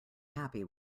happy